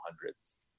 hundreds